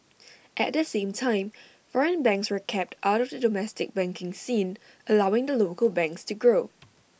at the same time foreign banks were kept out of the domestic banking scene allowing the local banks to grow